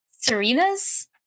Serena's